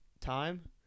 time